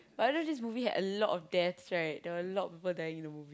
but other this movie had a lot of death right that a lot of people dying in the movie